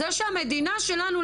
זה שהמדינה שלנו,